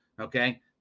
okay